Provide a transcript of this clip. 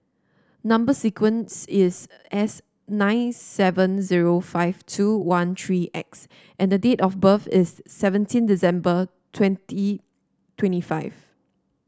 number sequence is S nine seven zero five two one three X and date of birth is seventeen December twenty twenty five